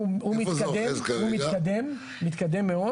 הוא מתקדם.